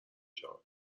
شود